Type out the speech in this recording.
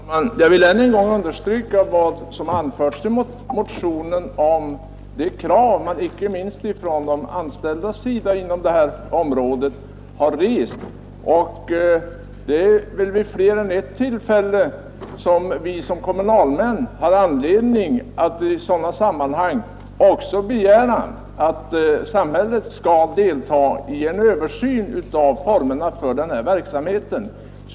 Herr talman! Jag vill ännu en gång understryka vad som anförs i motionen om de krav som rests icke minst av de anställda på detta område. Det har vid mer än ett tillfälle hänt att vi som kommunalmän haft anledning att i sådana sammanhang begära att samhället skall delta i en översyn av formerna för verksamheten.